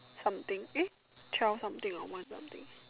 something eh twelve something or one something